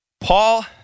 Paul